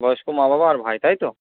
বয়স্ক মা বাবা আর ভাই তাই তো